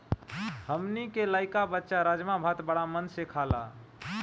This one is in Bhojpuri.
हमनी के लइका बच्चा राजमा भात बाड़ा मन से खाला